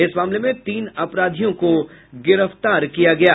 इस मामले में तीन अपराधियों को गिरफ्तार किया गया है